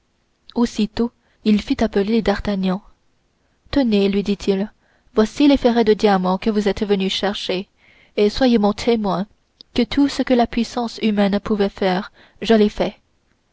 aussitôt il fit appeler d'artagnan tenez lui dit-il voici les ferrets de diamants que vous êtes venu chercher et soyez mon témoin que tout ce que la puissance humaine pouvait faire je l'ai fait